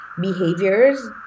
behaviors